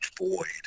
void